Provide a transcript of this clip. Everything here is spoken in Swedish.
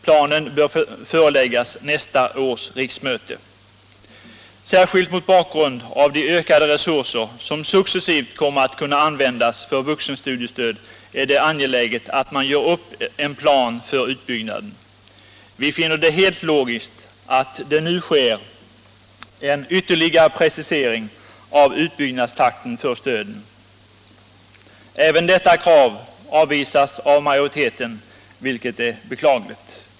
Planen bör föreläggas nästa års riksmöte. Särskilt mot bakgrund av de ökade resurser som successivt kommer att kunna användas för vuxenstudiestöd är det angeläget att man gör upp en plan för utbyggnaden. Vi finner det helt logiskt att det nu sker en ytterligare precisering av utbyggnadstakten för stöden. Även detta krav avvisas av majoriteten, vilket är beklagligt.